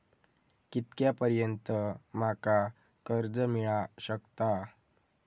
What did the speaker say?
कितक्या पर्यंत माका कर्ज मिला शकता?